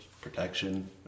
protection